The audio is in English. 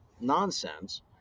nonsense